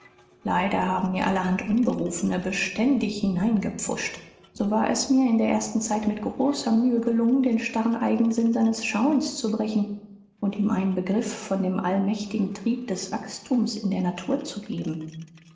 leider haben mir allerhand unberufene beständig hineingepfuscht so war es mir in der ersten zeit mit großer mühe gelungen den starren eigensinn seines schauens zu brechen und ihm einen begriff von dem allmächtigen trieb des wachstums in der natur zu geben